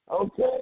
Okay